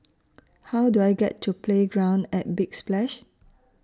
How Do I get to Playground At Big Splash